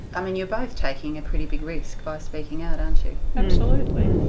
i mean, you're both taking a pretty big risk by speaking out, aren't you? absolutely.